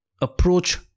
approach